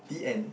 the end